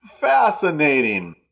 Fascinating